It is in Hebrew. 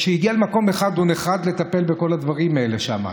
כשהגיע למקום אחד הוא נחרד לטפל בכל הדברים שם.